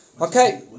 Okay